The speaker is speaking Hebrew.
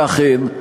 ואכן,